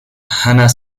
hannah